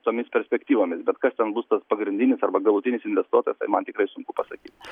tomis perspektyvomis bet kas ten bus tas pagrindinis arba galutinis investuotojas tai man tikrai sunku pasakyt